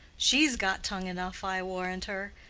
she's got tongue enough, i warrant her.